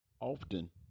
often